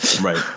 Right